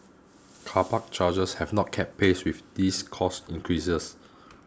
car park charges have not kept pace with these cost increases